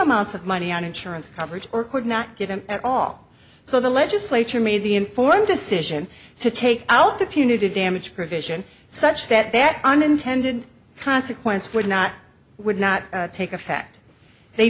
amounts of money on insurance coverage or could not get them at all so the legislature made the informed decision to take out the punitive damage provision such that that unintended consequence would not would not take effect they